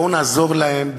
בואו נעזור להם,